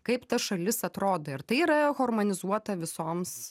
kaip ta šalis atrodo ir tai yra harmonizuota visoms